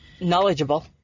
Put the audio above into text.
knowledgeable